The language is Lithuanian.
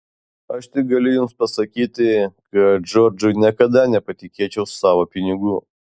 aš tik galiu jums pasakyti kad džordžui niekada nepatikėčiau savo pinigų